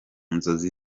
nzozi